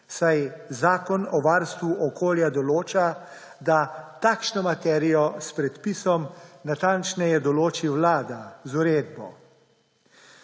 saj Zakon o varstvu okolja določa, da takšno materijo s predpisom natančneje določi Vlada z uredbo.